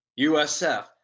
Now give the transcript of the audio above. USF